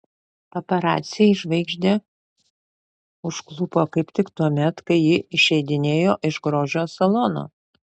paparaciai žvaigždę užklupo kaip tik tuomet kai ji išeidinėjo iš grožio salono